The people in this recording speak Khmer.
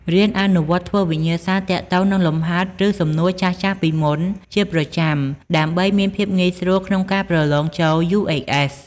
រៀនអនុវត្តន៍ធ្វើវិញ្ញាសារទាក់ទងនឹងលំហាត់ឫសំណួរចាស់ៗពីមុនជាប្រចាំ ដើម្បីមានភាពងាយស្រួលក្នុងការប្រឡងចូល UHS។